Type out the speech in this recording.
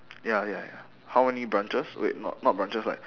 ya ya ya how many branches wait not not branches like